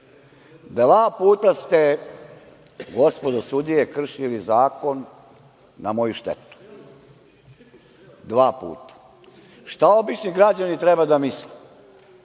Dva puta ste, gospodo sudije, kršili zakon na moju štetu, dva puta. Šta obični građani treba da misle?